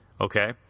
okay